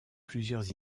plusieurs